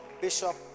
Bishop